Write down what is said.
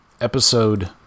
episode